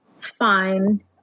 fine